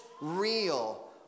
real